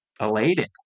elated